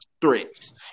threats